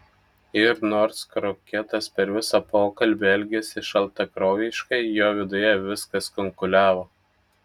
ir nors kroketas per visą pokalbį elgėsi šaltakraujiškai jo viduje viskas kunkuliavo